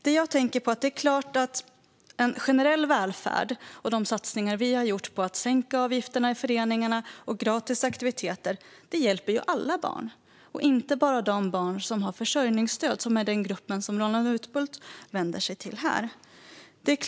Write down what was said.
En generell välfärd, det vill säga de satsningar vi har gjort på att sänka avgifterna i föreningarna och gratis aktiviteter, hjälper alla barn, inte bara de barn som får försörjningsstöd, den grupp som Roland Utbult vänder sig till.